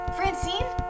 Francine